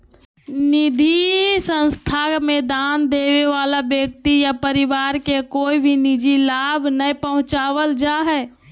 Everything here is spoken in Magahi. निधि संस्था मे दान देबे वला व्यक्ति या परिवार के कोय भी निजी लाभ नय पहुँचावल जा हय